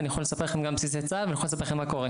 ואני יכול לספר לכם גם --- ואני יכול לספר לכם מה קורה,